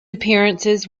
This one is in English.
appearances